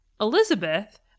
Elizabeth